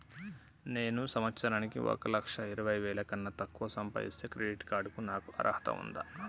నేను సంవత్సరానికి ఒక లక్ష ఇరవై వేల కన్నా తక్కువ సంపాదిస్తే క్రెడిట్ కార్డ్ కు నాకు అర్హత ఉందా?